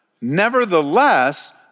nevertheless